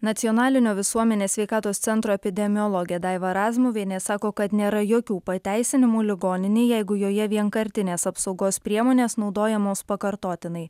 nacionalinio visuomenės sveikatos centro epidemiologė daiva razmuvienė sako kad nėra jokių pateisinimų ligoninei jeigu joje vienkartinės apsaugos priemonės naudojamos pakartotinai